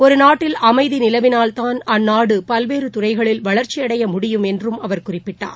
ஒரு நாட்டில் அமைதி நிலவினால்தான் அந்நாடு பல்வேறு துறைகளில் வளர்ச்சியடைய முடியும் என்றும் அவர் குறிப்பிட்டார்